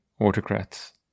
autocrats